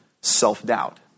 self-doubt